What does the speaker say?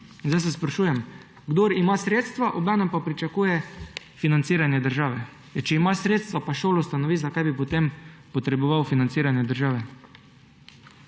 zdaj se sprašujem, kdor ima sredstva, obenem pa pričakuje financiranje države. Ja, če ima sredstva pa šolo ustanovi, zakaj bi potem potreboval financiranje države?